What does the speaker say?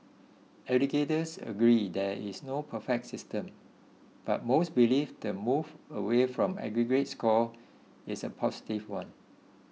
educators agree there is no perfect system but most believe the move away from aggregate scores is a positive one